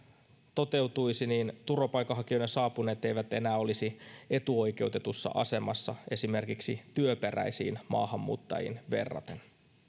toteutuisi turvapaikanhakijoina saapuneet eivät enää olisi etuoikeutetussa asemassa esimerkiksi työperäisiin maahanmuuttajiin verraten